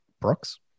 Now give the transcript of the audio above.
Brooks